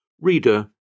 Reader